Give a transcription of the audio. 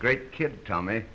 great kid tell me